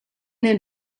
den